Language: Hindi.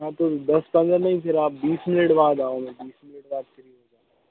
हाँ तो दस पंद्रह नहीं फ़िर आप बीस मिनिट बाद आओगे बीस मिनिट बाद फ्री हो जाऊँगा